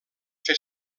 fer